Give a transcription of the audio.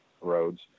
roads